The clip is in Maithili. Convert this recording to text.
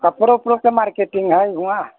कपड़ो उपड़ोके मार्केटिंग हइ हुआँ